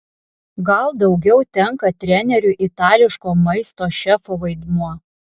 gal daugiau tenka treneriui itališko maisto šefo vaidmuo